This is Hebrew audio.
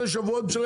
20%,